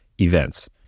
events